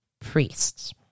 priests